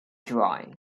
drawing